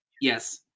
Yes